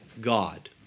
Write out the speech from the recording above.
God